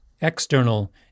external